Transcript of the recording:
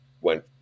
went